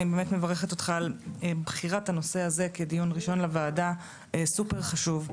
אני באמת מברכת אותך על בחירת הנושא הזה כדיון ראשון לוועדה סופר חשוב.